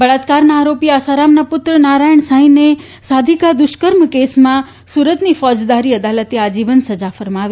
બળાત્કારના આરોપી આસારામના પુત્ર નારાયણ સાંઇને સાધ્વિ દૂષ્કર્મ કેસમાં સુરતની ફોજદારી અદાલતે આજીવનકેદની સજા ફટકારી